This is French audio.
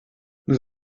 nous